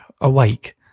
Awake